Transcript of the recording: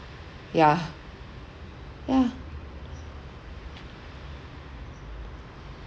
yeah yeah